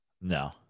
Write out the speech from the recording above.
No